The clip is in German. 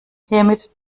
hiermit